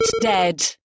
Dead